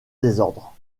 désordre